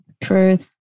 Truth